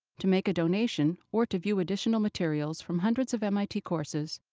to make a donation or to view additional materials from hundreds of mit courses,